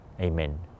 Amen